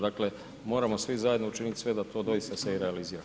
Dakle moramo svi zajedno učiniti sve da to doista se i realizira.